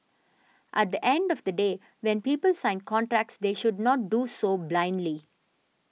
at the end of the day when people sign contracts they should not do so blindly